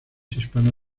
hispano